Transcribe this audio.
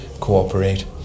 cooperate